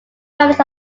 variants